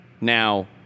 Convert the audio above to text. Now